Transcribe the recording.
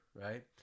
right